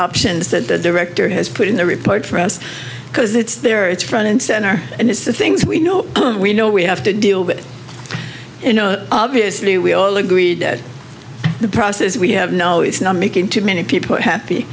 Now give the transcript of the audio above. options that the director has put in the report for us because it's there it's front and center and it's the things we know we know we have to deal with you know obviously we all agree the process we have no it's not making too many people happy